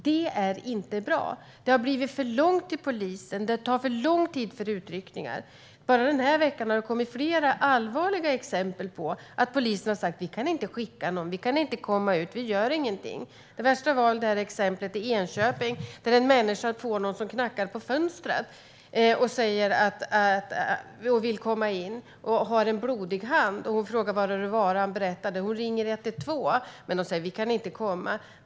Det är inte bra. Det har blivit för långt till polisen. Det tar för lång tid för utryckningar. Bara den här veckan har det kommit flera allvarliga exempel på att polisen har sagt: Vi kan inte skicka någon. Vi kan inte komma ut. Vi gör ingenting. Det värsta var väl exemplet i Enköping. En man knackar på en kvinnas fönster och vill komma in. Han har en blodig hand. Hon frågar: Var har du varit? Han berättar det. Hon ringer 112, men de säger: Vi kan inte komma.